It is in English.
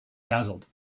dazzled